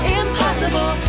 impossible